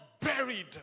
buried